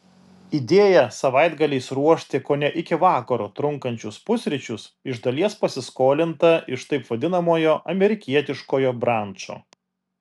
idėja savaitgaliais ruošti kone iki vakaro trunkančius pusryčius iš dalies pasiskolinta iš taip vadinamojo amerikietiškojo brančo